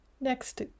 Next